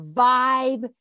vibe